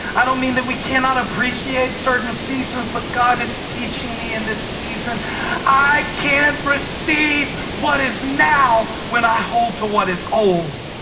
i don't mean we cannot appreciate certain seasons, but god is teaching me in this season i can't receive what is now when i hold to what is old.